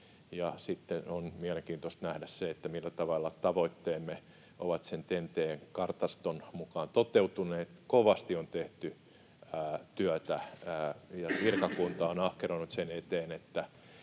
on mielenkiintoista nähdä, millä tavalla tavoitteemme ovat sen TEN-T-kartaston mukaan toteutuneet. Kovasti on tehty työtä ja virkakunta on ahkeroinut sen eteen,